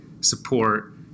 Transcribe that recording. support